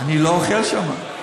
אני לא אוכל שם.